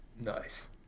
nice